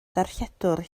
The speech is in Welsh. darlledwr